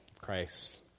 Christ